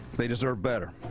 they deserve better.